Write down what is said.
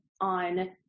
on